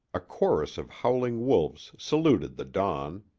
a chorus of howling wolves saluted the dawn.